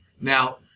now